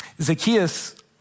Zacchaeus